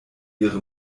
ihre